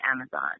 Amazon